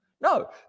No